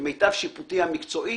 כמיטב שיפוטי המקצועי